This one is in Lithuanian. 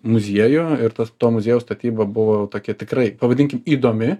muziejų ir tas to muziejaus statyba buvo tokia tikrai pavadinkim įdomi